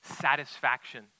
satisfaction